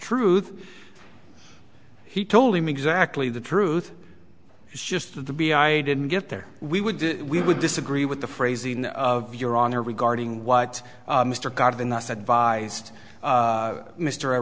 truth he told him exactly the truth is just to be i didn't get there we would we would disagree with the phrasing of your honor regarding what mr cardenas advised mr i